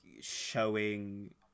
showing